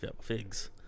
figs